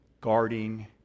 guarding